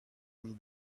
and